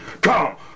Come